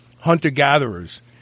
hunter-gatherers